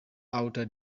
outer